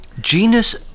genus